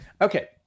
Okay